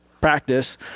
practice